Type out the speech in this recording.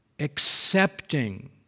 Accepting